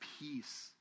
peace